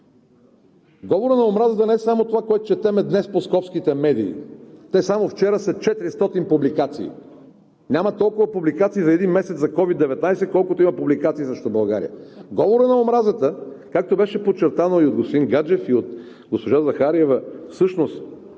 Говорът на омразата е не само това, което четем днес по скопските медии – те само вчера са 400 публикации, няма толкова публикации за един месец за COVID-19, колкото публикации има срещу България. Говорът на омразата, както беше подчертано и от господин Гаджев, и от госпожа Захариева, всъщност